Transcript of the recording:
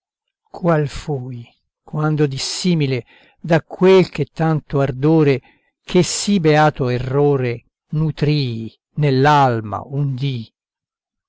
qual fui quanto dissimile da quel che tanto ardore che sì beato errore nutrii nell'alma un dì